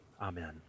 Amen